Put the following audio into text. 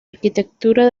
arquitectura